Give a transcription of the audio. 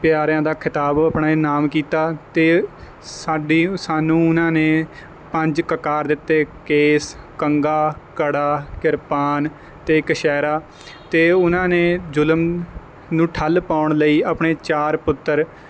ਪਿਆਰਿਆਂ ਦਾ ਖਿਤਾਬ ਆਪਣੇ ਨਾਮ ਕੀਤਾ ਅਤੇ ਸਾਡੀ ਸਾਨੂੰ ਉਹਨਾਂ ਨੇ ਪੰਜ ਕਕਾਰ ਦਿੱਤੇ ਕੇਸ ਕੰਘਾ ਕੜਾ ਕਿਰਪਾਨ ਅਤੇ ਕਛਹਿਰਾ ਅਤੇ ਉਹਨਾਂ ਨੇ ਜ਼ੁਲਮ ਨੂੰ ਠੱਲ੍ਹ ਪਾਉਣ ਲਈ ਆਪਣੇ ਚਾਰ ਪੁੱਤਰ